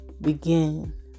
begin